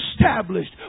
established